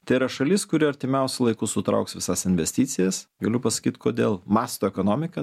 tai yra šalis kuri artimiausiu laiku sutrauks visas investicijas galiu pasakyt kodėl masto ekonomika